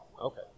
okay